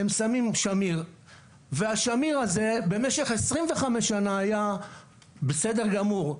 הם שמים שמיר והשמיר הזה במשך 25 שנה היה בסדר גמור,